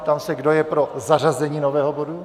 Ptám se, kdo je pro zařazení nového bodu.